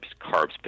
carbs